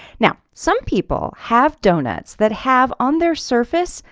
now, some people have donuts that have, on their surface,